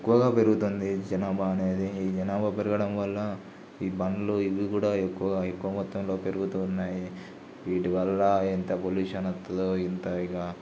ఎక్కువగా పెరుగుతుంది ఈ జనాభా అనేది ఈ జనాభా పెరగడం వల్ల ఈ బండ్లు ఇళ్ళు కూడా ఎక్కువగా ఎక్కువ మొత్తంలో పెరుగుతూ ఉన్నాయి వీటి వల్ల ఎంత పొల్యూషన్ వస్తుందో ఎంత ఇక